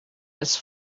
its